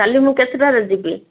କାଲି ମୁଁ କେତେଟାରେ ଯିବି